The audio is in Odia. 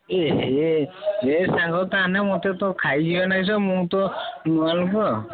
ଏ ହେ ଏ ସାଙ୍ଗର ତାନେ ମୋତେ ତ ଖାଇଯିବେ ନା କିସ ମୁଁ ତ ଅଳ୍ପ